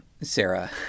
Sarah